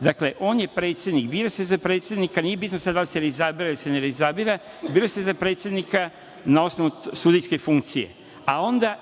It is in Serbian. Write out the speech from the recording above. Dakle, on je predsednik, bira se za predsednika, nije bitno sad da li se izabira ili se ne izabira, bira se za predsednika na osnovu sudijske funkcije, a onda,